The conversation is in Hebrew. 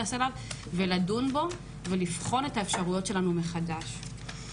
לדון בו ולבחון את האפשרויות שלנו מחדש.